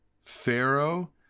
Pharaoh